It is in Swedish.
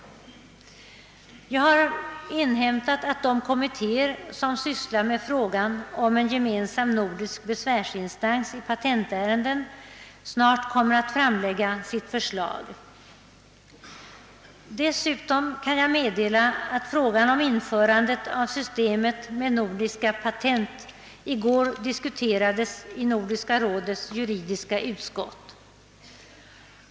Jag har inhämtat att den kommitté som sysslar med frågan om en gemensam nordisk besvärsinstansipatentärenden snart kommer att framlägga sitt förslag. Dessutom kan jag meddela att frågan om införandet av systemet med nordiska patent även diskuterats i går i Nordiska rådets juridiska utskott.